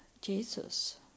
Jesus